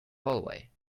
hallway